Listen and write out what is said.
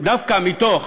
דווקא מתוך